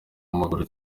w’amaguru